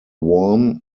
worm